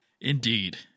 indeed